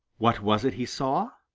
what was it he saw?